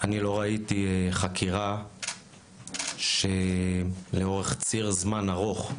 אני לא ראיתי חקירה שלאורך ציר זמן ארוך,